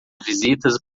visitas